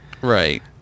Right